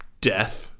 death